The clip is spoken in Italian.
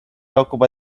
occupa